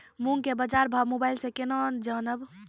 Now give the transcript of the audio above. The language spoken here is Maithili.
मूंग के बाजार भाव मोबाइल से के ना जान ब?